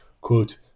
Quote